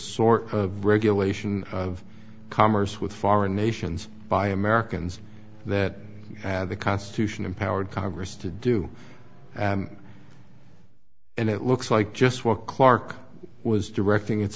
sort of regulation of commerce with foreign nations by americans that the constitution empowered congress to do and it looks like just walk lark was directing it